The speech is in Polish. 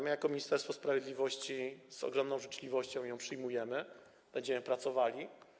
My jako Ministerstwo Sprawiedliwości z ogromną życzliwością ją przyjmujemy, będziemy nad tym pracowali.